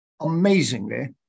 Amazingly